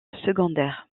secondaire